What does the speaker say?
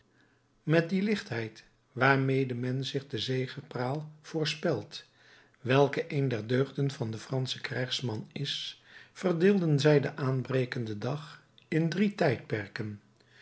met die lichtheid waarmede men zich de zegepraal voorspelt welke een der deugden van den franschen krijgsman is verdeelden zij den aanbrekenden dag in drie tijdperken